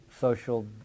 social